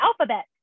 alphabet